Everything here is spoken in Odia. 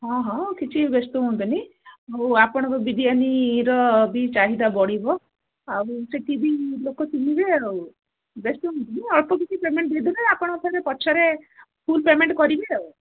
ହଁ ହଁ କିଛି ବ୍ୟସ୍ତ ହୁଅନ୍ତନି ଆଉ ଆପଣଙ୍କ ବିରିୟାନିର ବି ଚାହିଦା ବଢ଼ିବ ଆଉ ସେଠି ବି ଲୋକ କିଣିବେ ଆଉ ବ୍ୟସ୍ତ ହୁଅନ୍ତୁନି ଅଳ୍ପ କିଛି ପେମେଣ୍ଟ ଦେଇଦେବେ ଆପଣ ପଛରେ ଫୁଲ୍ ପେମେଣ୍ଟ କରିବେ ଆଉ